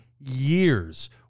years